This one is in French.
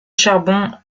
charbon